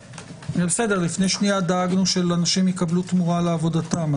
לפני שניה דאגנו שהנושים יקבלו תמורה על עבודתם,